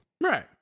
Right